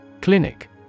Clinic